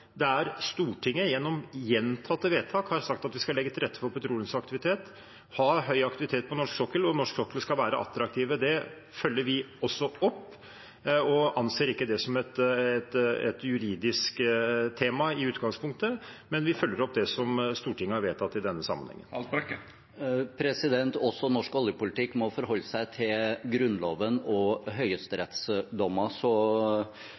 vi skal legge til rette for petroleumsaktivitet og ha høy aktivitet på norsk sokkel, og at norsk sokkel skal være attraktiv. Det følger vi også opp og anser ikke det som et juridisk tema i utgangspunktet. Vi følger opp det som Stortinget har vedtatt i denne sammenhengen. Også norsk oljepolitikk må forholde seg til Grunnloven og